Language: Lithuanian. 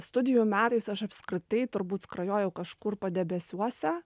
studijų metais aš apskritai turbūt skrajojau kažkur padebesiuose